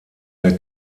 der